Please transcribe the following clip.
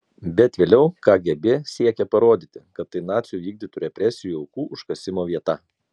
bet vėliau kgb siekė parodyti kad tai nacių vykdytų represijų aukų užkasimo vieta